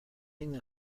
این